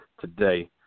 today